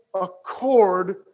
accord